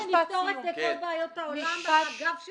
נבוא ונפתור את כל בעיות העולם על הגב של